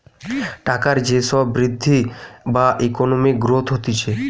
টাকার যে সব বৃদ্ধি বা ইকোনমিক গ্রোথ হতিছে